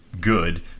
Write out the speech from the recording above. good